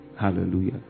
Hallelujah